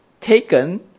taken